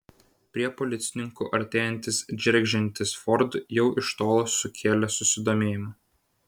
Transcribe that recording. prie policininkų artėjantis džeržgiantis ford jau iš tolo sukėlė susidomėjimą